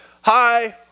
hi